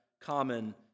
common